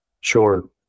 Sure